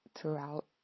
throughout